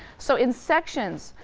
so in sections,